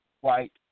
white